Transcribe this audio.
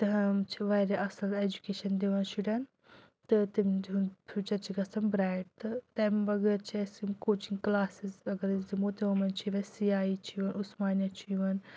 تِم چھِ واریاہ اَصٕل ایجوکیشَن دِوان شُرٮ۪ن تہٕ تِم ہُنٛد فیوٗچَر چھُ گَژھان برٛایِٹ تہٕ تَمہِ وغٲر چھِ اَسہِ یِم کوچِنٛگ کٕلاسِز اَگَر أسۍ دِمو تِمو منٛز چھِ یِوان سی آی چھِ عُسمانیا چھُ یِوان